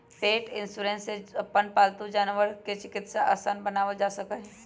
पेट insurance से अपन पालतू जानवर के चिकित्सा आसान बनावल जा सका हई